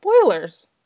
Spoilers